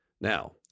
Now